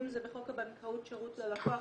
אם זה בחוק הבנקאות (שירות ללקוח),